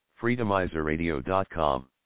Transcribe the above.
freedomizerradio.com